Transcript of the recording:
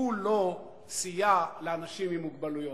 הוא לא סייע לאנשים עם מוגבלויות,